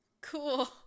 cool